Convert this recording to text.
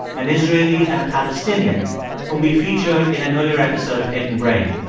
an israeli and a palestinian whom we featured in an earlier episode of hidden brain.